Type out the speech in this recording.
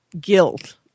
guilt